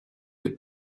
the